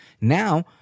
now